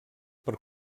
per